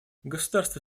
государства